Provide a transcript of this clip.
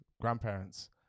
grandparents